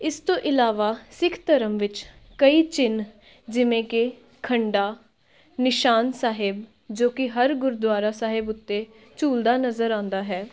ਇਸ ਤੋਂ ਇਲਾਵਾ ਸਿੱਖ ਧਰਮ ਵਿੱਚ ਕਈ ਚਿੰਨ੍ਹ ਜਿਵੇਂ ਕਿ ਖੰਡਾ ਨਿਸ਼ਾਨ ਸਾਹਿਬ ਜੋ ਕਿ ਹਰ ਗੁਰਦੁਆਰਾ ਸਾਹਿਬ ਉੱਤੇ ਝੂਲਦਾ ਨਜ਼ਰ ਆਉਂਦਾ ਹੈ